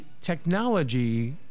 technology